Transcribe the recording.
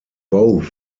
both